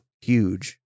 huge